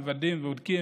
מוודאים ובודקים,